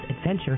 adventure